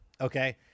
Okay